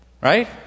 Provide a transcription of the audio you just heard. right